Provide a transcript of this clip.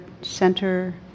center